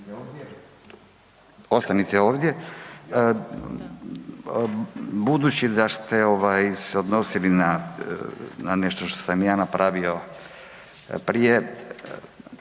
Ostanite ovdje. Budući da ste ovaj se odnosili na, ne nešto što sam ja napravio prije,